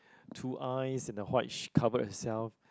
two eyes and the white sh~ covered herself